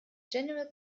general